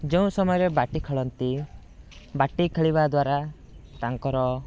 ଯେଉଁ ସମୟରେ ବାଟି ଖେଳନ୍ତି ବାଟି ଖେଳିବା ଦ୍ୱାରା ତାଙ୍କର